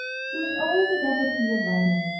he was always a devotee of riding,